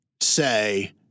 say